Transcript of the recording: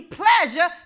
pleasure